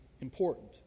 important